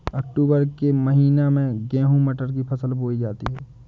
अक्टूबर के महीना में गेहूँ मटर की फसल बोई जाती है